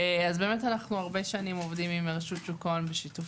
אנו הרבה שנים עובדים עם רשות שוק ההון בשיתוף